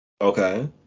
okay